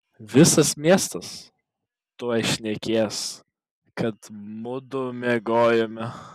visas miestas tuoj šnekės kad mudu miegojome